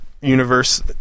universe